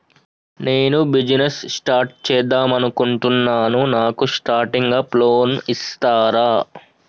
నేను business start చేద్దామనుకుంటున్నాను నాకు స్టార్టింగ్ అప్ లోన్ ఇస్తారా?